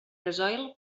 gasoil